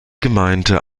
gemeinde